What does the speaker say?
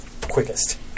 Quickest